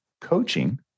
coaching